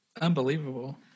unbelievable